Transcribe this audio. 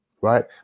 right